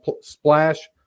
splash